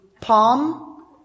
palm